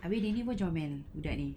habis dia ni pun comel budak ni